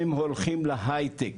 הם הולכים להייטק,